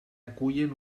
acullen